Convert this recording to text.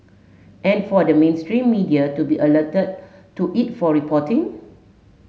and for the mainstream media to be alerted to it for reporting